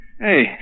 Hey